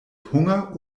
hunger